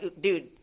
dude